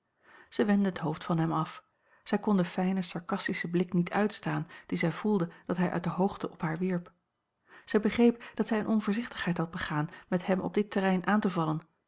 zij wendde het hoofd van hem af zij kon den fijnen sarcastischen blik niet uitstaan dien zij voelde dat hij uit de hoogte op haar wierp zij begreep dat zij eene onvoorzichtigheid had begaan met hem op dit terrein aan te vallen